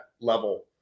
level